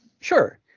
Sure